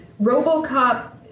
Robocop